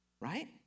Right